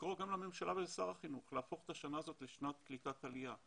לקרוא גם לממשלה ולשר החינוך להפוך את השנה הזאת לשנת קליטת עלייה.